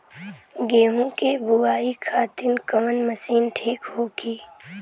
गेहूँ के बुआई खातिन कवन मशीन ठीक होखि?